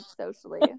socially